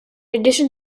addition